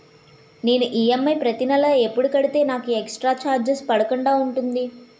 నేను ఈ.ఎం.ఐ ప్రతి నెల ఎపుడు కడితే నాకు ఎక్స్ స్త్ర చార్జెస్ పడకుండా ఉంటుంది?